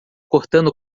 cortando